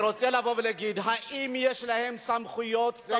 אני רוצה לבוא ולהגיד: האם יש להם סמכויות סטטוטוריות?